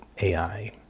AI